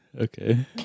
Okay